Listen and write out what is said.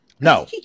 No